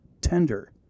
tender